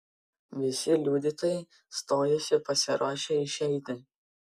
visi liudytojai stojosi pasiruošę išeiti